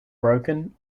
broken